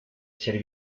ser